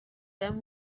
them